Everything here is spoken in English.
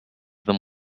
than